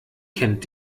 kennt